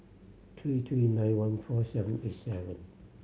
three three nine one four seven eight seven